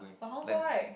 老黄瓜 eh